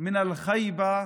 אצל המשפחות האלה,